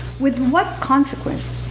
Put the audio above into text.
with what consequence,